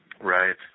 Right